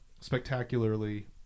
spectacularly